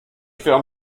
faire